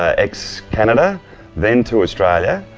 ah ex-canada, then to australia.